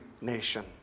nation